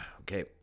Okay